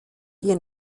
ihren